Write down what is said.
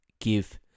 Give